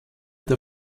der